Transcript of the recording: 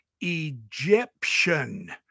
Egyptian